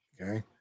okay